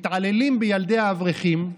מתעללים בילדי האברכים,